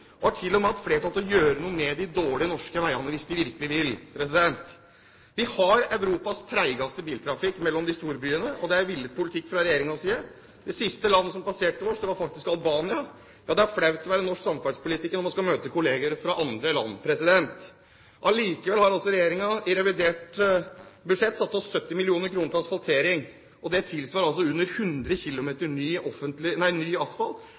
og har til og med hatt flertall til å gjøre noe med de dårlige norske veiene hvis de virkelig ville det. Vi har Europas tregeste biltrafikk mellom de store byene, og det er villet politikk fra regjeringens side. Det siste landet som passerte oss, var faktisk Albania. Ja, det er flaut å være norsk samferdselspolitiker når man skal møte kolleger fra andre land. Allikevel har altså regjeringen i revidert budsjett satt av 70 mill. kr til asfaltering, og det tilsvarer under 100 km ny asfalt på et offentlig